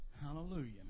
Hallelujah